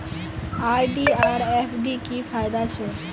RD आर FD की फ़ायदा छे?